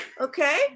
Okay